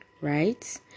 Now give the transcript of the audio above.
Right